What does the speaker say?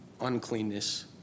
uncleanness